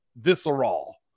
visceral